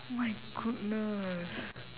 oh my goodness